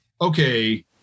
okay